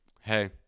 hey